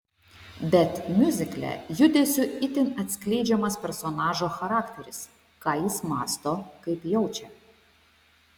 bet miuzikle judesiu itin atskleidžiamas personažo charakteris ką jis mąsto kaip jaučia